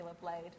Blade